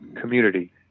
community